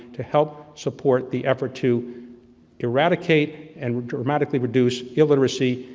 to help support the effort to eradicate, and dramatically reduce illiteracy,